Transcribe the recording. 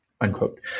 unquote